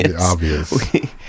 obvious